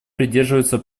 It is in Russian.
придерживается